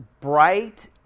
bright